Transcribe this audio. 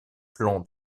plan